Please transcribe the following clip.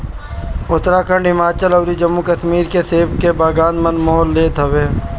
उत्तराखंड, हिमाचल अउरी जम्मू कश्मीर के सेब के बगान मन मोह लेत हवे